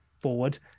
forward